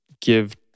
give